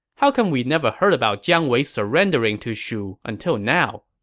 how come we never heard about jiang wei surrendering to shu until now?